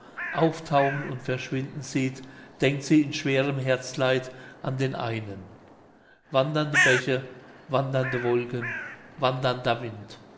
auftauchen und verschwinden sieht denkt sie in schwerem herzeleid an den einen wandernde bäche wandernde wolken wandernder wind